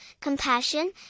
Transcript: compassion